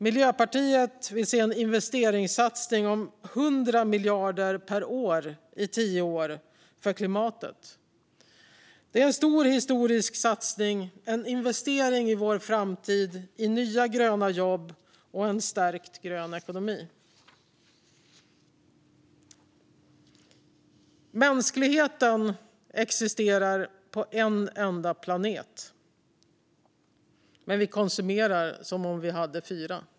Miljöpartiet vill se en investeringssatsning på 100 miljarder kronor per år i tio år för klimatet. Det är en stor historisk satsning - en investering i vår framtid, i nya gröna jobb och en stärkt grön ekonomi. Mänskligheten existerar på en enda planet, men vi konsumerar som om vi hade fyra.